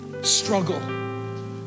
struggle